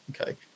Okay